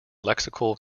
lexical